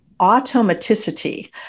automaticity